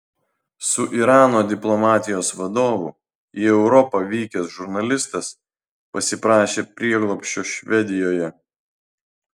su irano diplomatijos vadovu į europą vykęs žurnalistas pasiprašė prieglobsčio švedijoje